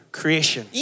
creation